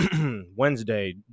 Wednesday